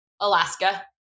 Alaska